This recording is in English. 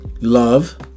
love